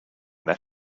that